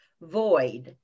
void